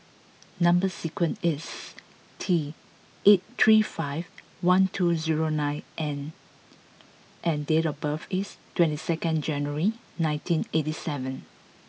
number sequence is T eight three five one two zero nine N and date of birth is two second January nineteen eighty seven